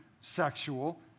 sexual